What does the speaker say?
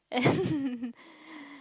and